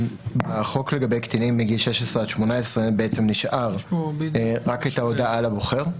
החוק לגבי קטינים מגיל 16 עד 18 נשאר רק את ההודעה לבוחר,